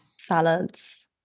Salads